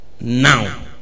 now